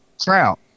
trout